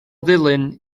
ddulyn